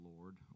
Lord